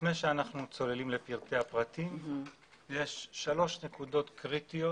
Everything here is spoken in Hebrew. לפני שאנחנו צוללים לפרטי הפרטים יש שלוש נקודות קריטיות